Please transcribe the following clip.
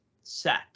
set